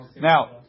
Now